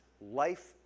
life